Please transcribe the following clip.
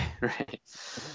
right